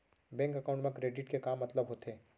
Bank account मा credit के का मतलब होथे?